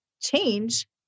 change